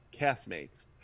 castmates